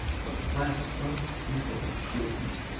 the flats some people have showed me!